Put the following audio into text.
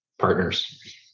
partners